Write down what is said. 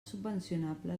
subvencionable